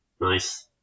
Nice